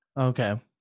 Okay